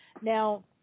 Now